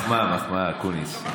מחמאה, מחמאה, אקוניס.